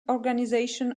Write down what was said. organizations